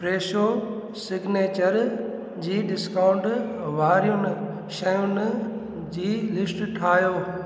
Fresho signature जी discount वारियुनि शयुनि जी लिस्ट ठाहियो